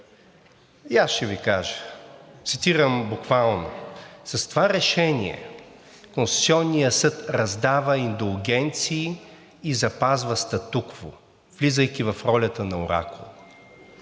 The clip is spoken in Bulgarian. Аз ще Ви кажа, цитирам буквално: „С това решение Конституционният съд раздава индулгенции и запазва статукво, влизайки в ролята на оракул.“